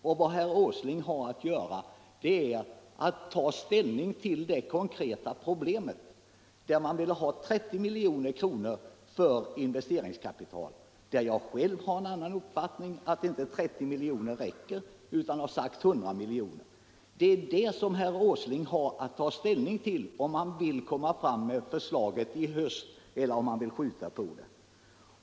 Den har varit ute på remiss och det har jobbats med en propositionsskrivning. Vad herr Åsling har att göra är att ta ställning till det konkreta problemet, som innebär att industrin vilt ha 30 milj.kr. till investeringskapital, men där jag själv har en annan uppfattning, nämligen att 30 milj.kr. inte räcker utan att det bör vara 100 milj.kr. Det är det som herr Åsling har att ta ställning till —-och om han vill lägga förslaget i höst eller skjuta på det.